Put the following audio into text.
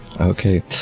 Okay